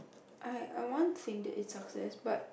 I I want think it's success but